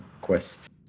quests